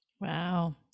Wow